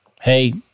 hey